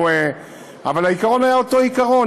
אבל העיקרון היה אותו עיקרון,